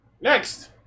Next